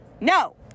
No